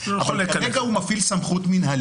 אבל כרגע הוא מפעיל סמכות מינהלית.